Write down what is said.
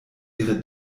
ihre